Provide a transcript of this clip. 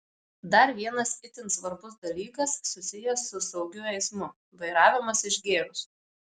dar vienas itin svarbus dalykas susijęs su saugiu eismu vairavimas išgėrus